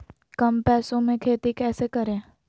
कम पैसों में खेती कैसे करें?